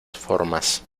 formas